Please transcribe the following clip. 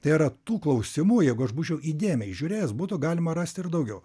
tai yra tų klausimų jeigu aš būčiau įdėmiai žiūrėjęs būtų galima rasti ir daugiau